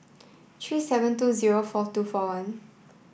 three seven two zero four two four one